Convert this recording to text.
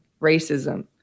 racism